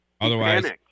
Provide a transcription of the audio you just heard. Otherwise